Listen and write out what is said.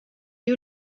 you